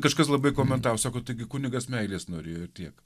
kažkas labai komentavo taigi kunigas meilės norėjo tiek